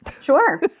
Sure